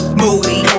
moody